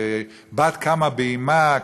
ובת קמה באמה,